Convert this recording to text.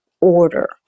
order